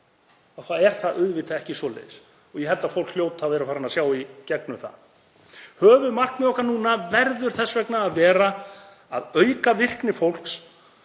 þá er það auðvitað ekki svoleiðis og ég held að fólk hljóti að vera farið að sjá í gegnum það. Höfuðmarkmið okkar núna verður þess vegna að vera að auka virkni fólks